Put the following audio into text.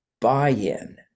buy-in